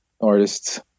artists